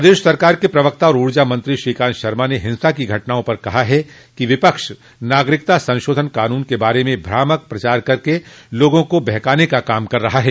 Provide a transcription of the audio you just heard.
प्रदेश सरकार के प्रवक्ता और ऊर्जा मंत्री श्रीकांत शर्मा ने हिंसा की घटनाओं पर कहा कि विपक्ष नागरिकता संशोधन कानून के बारे में भ्रामक प्रचार कर लोगों को बहकाने का काम कर रहा है